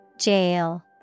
Jail